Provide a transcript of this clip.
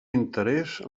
interès